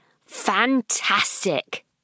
fantastic